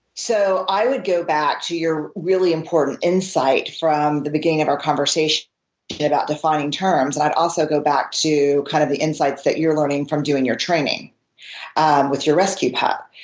so i would go back to your really important insight from the beginning of our conversation yeah about defining terms and i'd also go back to kind of the insights that you're learning from doing your training with your rescue pup,